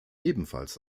ebenfalls